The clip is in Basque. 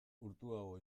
urtuago